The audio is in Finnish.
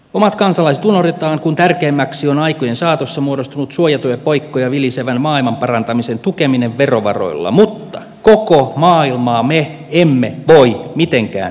omat kansalaiset unohdetaan kun tärkeämmäksi on aikojen saatossa muodostunut suojatyöpaikkoja vilisevän maailman parantamisen tukeminen verovaroilla mutta koko maailmaa me emme voi mitenkään pelastaa